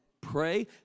pray